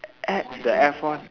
at the F one